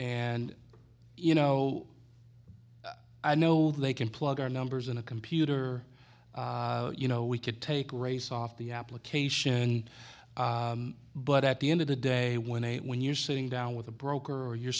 and you know i know they can plug our numbers in a computer you know we could take race off the application but at the end of the day when a when you're sitting down with a broker or you're